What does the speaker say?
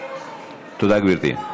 תודה, גברתי.